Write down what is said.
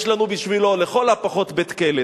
יש לנו בשבילו, לכל הפחות, בית-כלא.